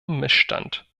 missstand